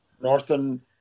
northern